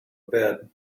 bed